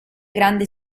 grande